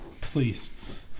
please